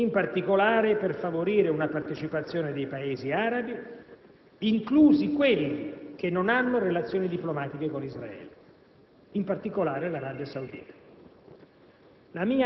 Il Quartetto ha anche auspicato un ampio coinvolgimento dei Paesi della regione, ribadendo l'importanza dell'iniziativa di pace della Lega araba.